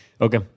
Okay